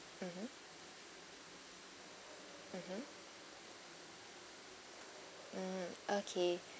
mm mmhmm mm okay